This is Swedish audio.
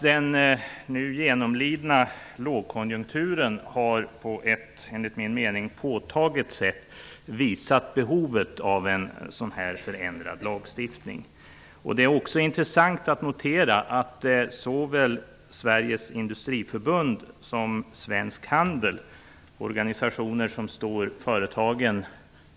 Den nu genomlidna lågkonjunkturen har på ett enligt min mening påtagligt sätt visat på behovet av en förändrad lagstiftning. Det är också intressant att notera att såväl Sveriges Industriförbund som Svensk handel förespråkar utvidgat återtagandeförbehåll.